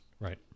Right